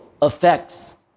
affects